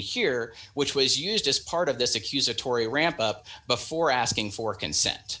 here which was used as part of this accusatory ramp up before asking for